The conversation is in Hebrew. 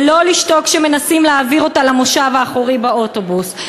ולא לשתוק כשמנסים להעביר אותה למושב האחורי באוטובוס,